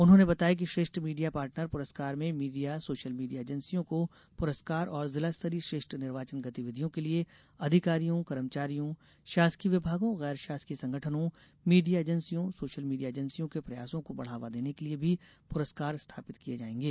उन्होंने बताया कि श्रेष्ठ मीडिया पार्टनर पुरस्कार में मीडियासोशल मीडिया एजेंसियों को पुरस्कार और जिला स्तरीय श्रेष्ठ निर्वाचन गतिविधि के लिये अधिकारियों कर्मचारियों शासकीय विभागों गैर शासकीय संगठनों मीडिया एजेंसियों सोशल मीडिया एजेंसियों के प्रयासों को बढ़ावा देने के लिये भी पुरस्कार स्थापित किये जाएंगे